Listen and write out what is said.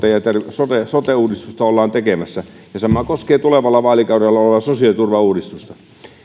sote sote uudistusta ollaan tekemässä sama koskee tulevalla vaalikaudella sosiaaliturvauudistusta